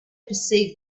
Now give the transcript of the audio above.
perceived